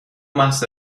محض